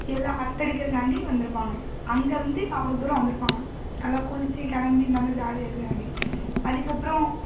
எல்லா அரட்டை அடிக்கறதுக்காண்டி வந்து இருப்பாங்க அங்கே இருந்து அவ்வளோ தூரம் வந்து இருப்பாங்க நல்லா குளிச்சு கிளம்பி நல்லா ஜாலியாக இருக்கிறதுக்காண்டி அதுக்கப்புறம்